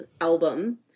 album